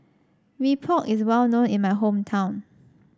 Mee Pok is well known in my hometown